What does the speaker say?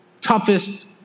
toughest